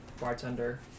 bartender